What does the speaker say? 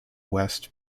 west